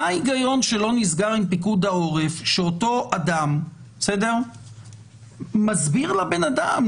מה ההיגיון שלא נסגר עם פיקוד העורף שאותו אדם מסביר לבן אדם,